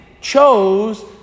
chose